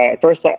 first